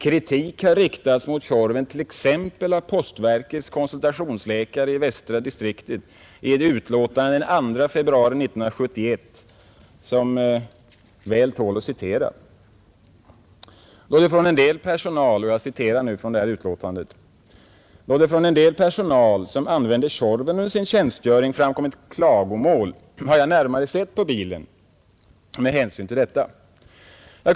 Kritik har riktats mot Tjorven, t.ex. av postverkets konsultationsläkare i västra distriktet i ett utlåtande den 2 februari 1971, som väl tål att citeras: ”Då det från en del personal som använder Tjorven under sin tjänstgöring framkommit klagomål har jag närmare sett på bilen med hänsyn till detta.